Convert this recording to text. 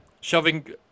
Shoving